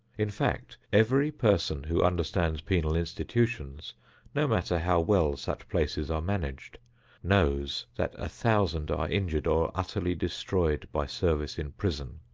in fact, every person who understands penal institutions no matter how well such places are managed knows that a thousand are injured or utterly destroyed by service in prison,